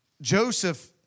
Joseph